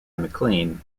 mclean